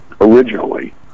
originally